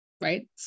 right